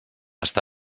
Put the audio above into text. està